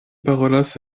parolas